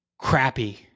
crappy